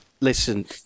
Listen